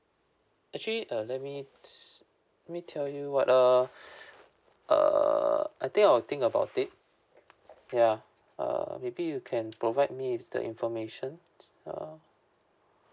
actually uh let me s~ let me tell you what uh err I think I'll think about it ya uh maybe you can provide me with the information uh